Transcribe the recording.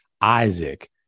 Isaac